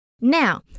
Now